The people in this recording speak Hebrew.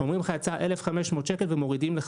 אומרים לך שיצא 1,500 שקל ומורידים לך.